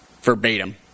verbatim